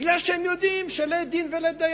בגלל שהם יודעים שלית דין ולית דיין.